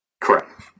Correct